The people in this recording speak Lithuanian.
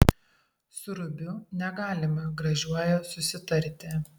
su rubiu negalima gražiuoju susitarti